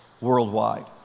worldwide